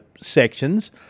sections